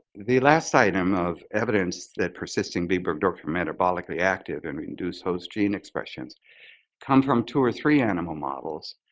the last item of evidence that persisting b. burgdorferi are metabolically active and induce host gene expressions come from two or three animal models,